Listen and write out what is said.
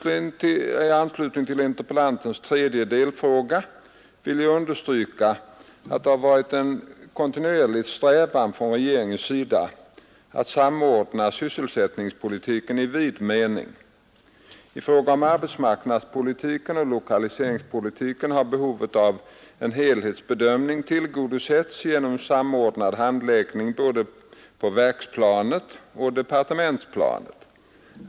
I anslutning till interpellantens tredje delfråga vill jag understryka att det har varit en kontinuerlig strävan från regeringens sida att samordna sysselsättningspolitiken i vid mening. I fråga om arbetsmarknadspolitiken och lokaliseringspolitiken har behovet av en helhetsbedömning tillgodosetts genom samordnad handläggning på både verksplanet och departementsplanet.